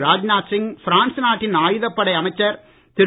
Rajnath Singh France நாட்டின் ஆயுதப்படை அமைச்சர் திரு